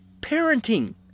parenting